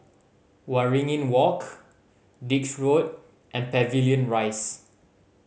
Waringin Walk Dix Road and Pavilion Rise